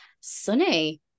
Sunny